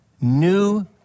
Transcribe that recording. New